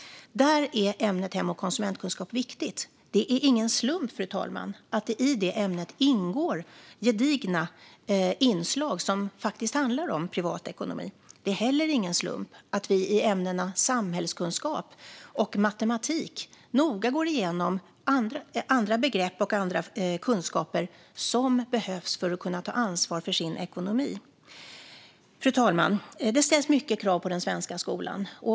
Där är ämnet hem och konsumentkunskap viktigt. Det är, fru talman, ingen slump att det i detta ämne ingår gedigna inslag som handlar om privatekonomi. Det är heller ingen slump att vi i ämnena samhällskunskap och matematik noga går igenom andra begrepp och kunskaper som behövs för att man ska kunna ta ansvar för sin ekonomi. Fru talman! Det ställs många krav på den svenska skolan.